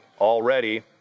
already